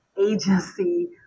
agency